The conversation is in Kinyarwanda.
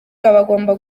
bagomba